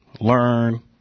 learn